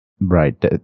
right